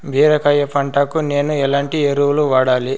బీరకాయ పంటకు నేను ఎట్లాంటి ఎరువులు వాడాలి?